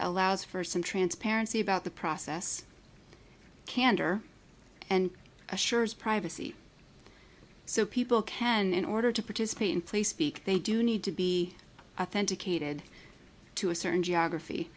allows for some transparency about the process candor and assures privacy so people can in order to participate in place speak they do need to be authenticated to a certain geography